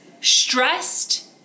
Stressed